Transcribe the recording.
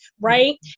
right